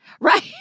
Right